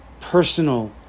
personal